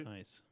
Nice